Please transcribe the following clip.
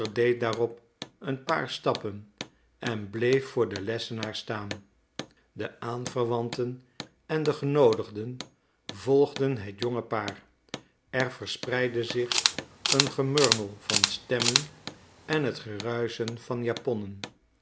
daarop een paar stappen en bleef voor den lessenaar staan de aanverwanten en de genoodigden volgden het jonge paar er verspreidde zich een gemurmel van stemmen en het geruisen van japonnen